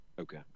Okay